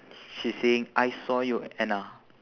she's saying I saw you anna